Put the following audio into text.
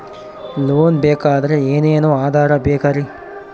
Loan ಬೇಕಾದ್ರೆ ಏನೇನು ಆಧಾರ ಬೇಕರಿ?